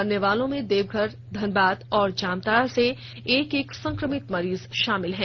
मरने वालों में देवघर धनबाद और जामताड़ा से एक एक संक्रमित मरीज शामिल है